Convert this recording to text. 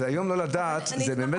אבל היום לא לדעת זו באמת בעיה.